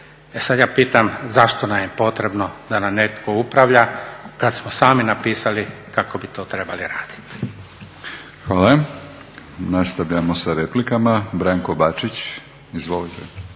sad ja pitam zašto nam je potrebno da nam netko upravlja kad smo sami napisali kako bi to trebali raditi. **Batinić, Milorad (HNS)** Hvala. Nastavljamo sa replikama, Branko Bačić. **Bačić,